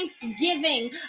thanksgiving